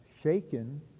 shaken